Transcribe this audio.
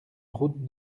route